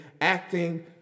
Acting